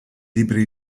libri